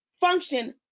function